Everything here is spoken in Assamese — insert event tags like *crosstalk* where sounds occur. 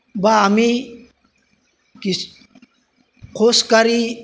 বা আমি *unintelligible* খোজকাঢ়ি